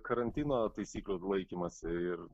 karantino taisyklių laikymąsi ir